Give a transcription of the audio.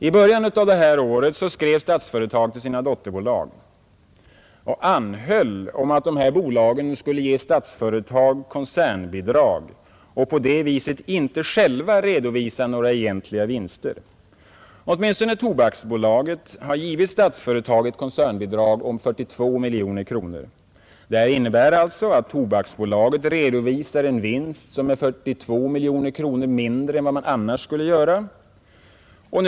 I början av innevarande år skrev Statsföretag till sina dotterbolag och anhöll om att dessa bolag skulle ge Statsföretag koncernbidrag och på det viset inte redovisa några egna vinster. Åtminstone Tobaksbolaget har givit Statsföretag ett koncernbidrag om 42 miljoner kronor. Det innebär alltså att Tobaksbolaget redovisar en vinst som är 42 miljoner kronor mindre än vad man annars skulle ha gjort.